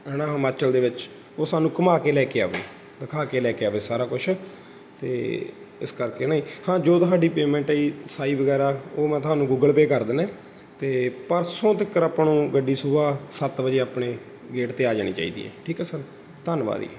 ਹੈ ਨਾ ਹਿਮਾਚਲ ਦੇ ਵਿੱਚ ਉਹ ਸਾਨੂੰ ਘੁਮਾ ਕੇ ਲੈ ਕੇ ਆਵੇ ਦਿਖਾ ਕੇ ਲੈ ਕੇ ਆਵੇ ਸਾਰਾ ਕੁਛ ਅਤੇ ਇਸ ਕਰਕੇ ਨਾ ਹਾਂ ਜੋ ਤੁਹਾਡੀ ਪੇਮੈਂਟ ਆ ਜੀ ਸਾਈ ਵਗੈਰਾ ਉਹ ਮੈਂ ਤੁਹਾਨੂੰ ਗੂਗਲ ਪੇ ਕਰ ਦਿੰਦਾ ਅਤੇ ਪਰਸੋਂ ਤੱਕ ਆਪਾਂ ਨੂੰ ਗੱਡੀ ਸੁਬਹਾ ਸੱਤ ਵਜੇ ਆਪਣੇ ਗੇਟ 'ਤੇ ਆ ਜਾਣੀ ਚਾਹੀਦੀ ਹੈ ਠੀਕ ਹੈ ਸਰ ਧੰਨਵਾਦ ਜੀ